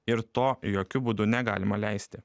ir to jokiu būdu negalima leisti